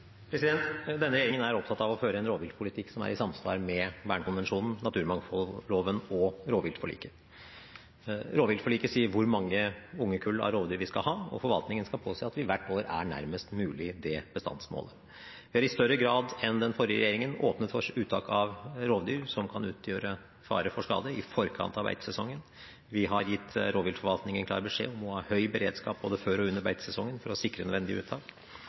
Denne regjeringen er opptatt av å føre en rovviltpolitikk som er i samsvar med Bern-konvensjonen, naturmangfoldloven og rovviltforliket. Rovviltforliket sier hvor mange ungekull av rovdyr vi skal ha, og forvaltningen skal påse at vi hvert år er nærmest mulig det bestandsmålet. Vi har i større grad enn den forrige regjeringen åpnet for uttak av rovdyr som kan utgjøre fare for skade, i forkant av beitesesongen. Vi har gitt rovviltforvaltningen klar beskjed om å ha høy beredskap både før og under beitesesongen for å sikre nødvendige uttak.